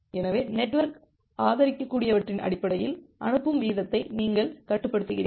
எனவே நெட்வொர்க் ஆதரிக்கக்கூடியவற்றின் அடிப்படையில் அனுப்பும் வீதத்தை நீங்கள் கட்டுப்படுத்துகிறீர்கள்